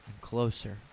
closer